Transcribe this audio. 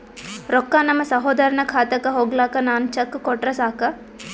ರೊಕ್ಕ ನಮ್ಮಸಹೋದರನ ಖಾತಕ್ಕ ಹೋಗ್ಲಾಕ್ಕ ನಾನು ಚೆಕ್ ಕೊಟ್ರ ಸಾಕ್ರ?